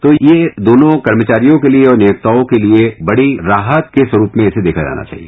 तो ये दोनों कर्मचारियों के लिए और नियोक्ताओं के लिए बड़ी राहत के स्वरूप में इसे देखा जाना चाहिए